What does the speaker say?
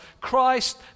Christ